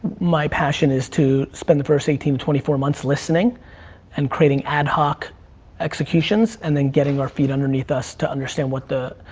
my passion is to spend the first eighteen to twenty four months listening and creating ad hoc executions, and then getting our feet underneath us to understand what the,